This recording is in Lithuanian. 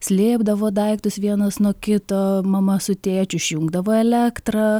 slėpdavo daiktus vienas nuo kito mama su tėčiu išjungdavo elektrą